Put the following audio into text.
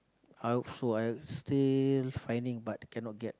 I also I still finding but cannot get